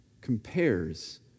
compares